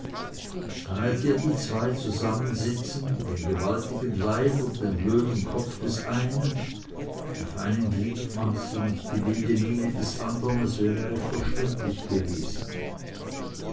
ihr die zweie zusammensitzen den gewaltigen leib und den löwenkopf des einen die feinen gliedmaßen und die milde miene des andern es wäre euch verständlich gewesen